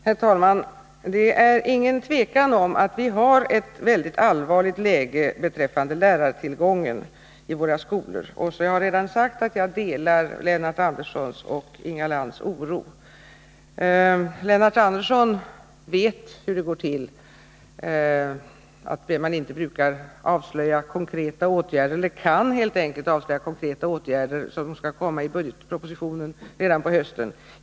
Herr talman! Det är inget tvivel om att vi har ett väldigt allvarligt läge beträffande lärartillgången i våra skolor. Jag har redan sagt att jag delar Lennart Anderssons och Inga Lantz oro. Lennart Andersson vet hur det går till i detta sammanhang, bl.a. att man inte redan på hösten brukar — eller helt enkelt inte kan — avslöja konkreta åtgärder som skall föreslås i budgetpropositionen.